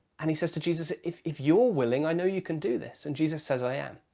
and he says to jesus, if if you're willing, i know you can do this. and jesus says, i am.